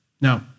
Now